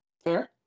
Fair